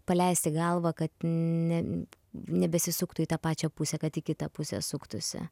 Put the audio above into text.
paleisti galvą kad ne nebesisuktų į tą pačią pusę kad į kitą pusę suktųsi